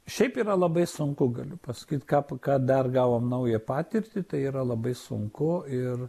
šiaip yra labai sunku galiu pasakyt ką ką dar gavom naują patirtį tai yra labai sunku ir